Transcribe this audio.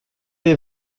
est